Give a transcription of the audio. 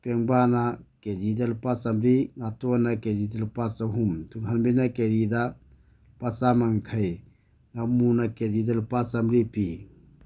ꯄꯦꯉꯕꯥꯅ ꯀꯦꯖꯤꯗ ꯂꯨꯄꯥ ꯆꯃꯔꯤ ꯉꯥꯇꯣꯟꯅ ꯀꯦꯖꯤꯗ ꯂꯨꯄꯥ ꯆꯍꯨꯝ ꯇꯨꯡꯍꯟꯕꯤꯅ ꯀꯦꯖꯤꯗ ꯂꯨꯄꯥ ꯆꯥꯃ ꯌꯥꯡꯈꯩ ꯉꯥꯃꯨꯅ ꯀꯦꯖꯤꯗ ꯂꯨꯄꯥ ꯆꯃꯔꯤ ꯄꯤ